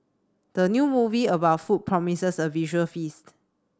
the new movie about food promises a visual feast